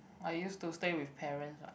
I used to stay with parents what